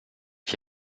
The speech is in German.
ich